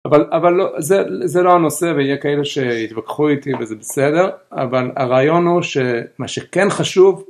אבל זה לא הנושא ויהיה כאלה שיתווכחו איתי וזה בסדר, אבל הרעיון הוא שמה שכן חשוב